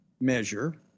measure